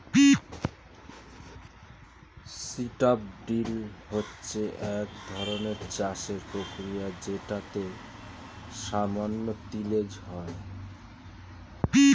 strip drill হচ্ছে একধরনের চাষের প্রক্রিয়া যেটাতে সামান্য তিলেজ হয়